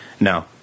no